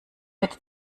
mit